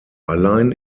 allein